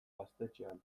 gaztetxean